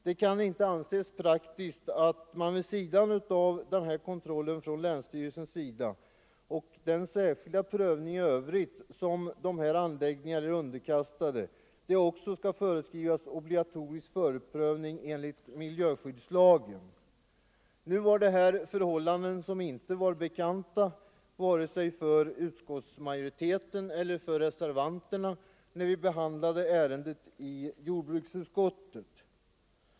Det kan inte anses praktiskt att vid sidan av denna kontroll från länsstyrelsens sida och den särskilda prövning i övrigt som de här anläggningarna är underkastade också föreskriva obligatorisk förprövning enligt miljöskyddslagen. Dessa förhållanden var inte bekanta för vare sig utskottsmajoriteten eller reservanterna när vi behandlade ärendet i jordbruksutskottet.